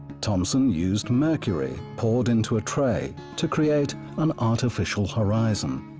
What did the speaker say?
thompson used mercury poured into a tray to create an artificial horizon.